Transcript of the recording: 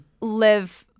live